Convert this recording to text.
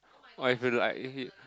or if you like